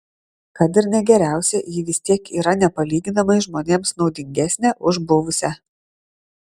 kad ir ne geriausia ji vis tiek yra nepalyginamai žmonėms naudingesnė už buvusią